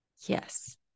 Yes